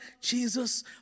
Jesus